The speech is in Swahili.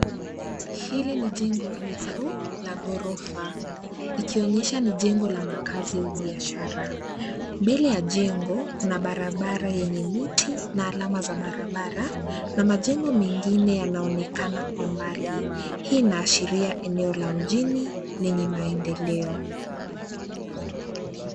Hili ni jengo refu la ghorofa likionyesha ni jengo la makazi ya biashara. Mbele ya jengo kuna barabara yenye miti na alama za barabara na majengo mengine yanaonekana kwa mbali. Hii inaashiria eneo la mjini lenye maendeleo.